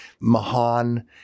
Mahan